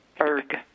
Erg